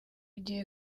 gihe